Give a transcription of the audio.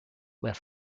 were